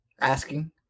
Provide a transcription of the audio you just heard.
Asking